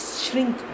shrink